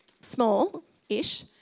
small-ish